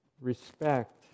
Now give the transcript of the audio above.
respect